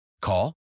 Call